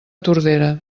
tordera